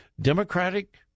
Democratic